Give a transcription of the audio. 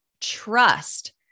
Trust